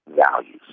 values